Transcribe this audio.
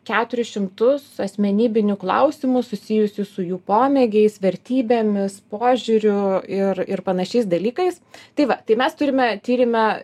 keturis šimtus asmenybinių klausimų susijusių su jų pomėgiais vertybėmis požiūriu ir ir panašiais dalykais tai va tai mes turime tyrime